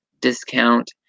discount